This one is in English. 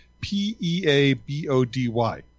P-E-A-B-O-D-Y